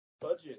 budget